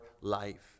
life